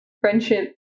friendship